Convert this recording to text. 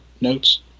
notes